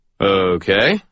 Okay